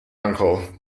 uncle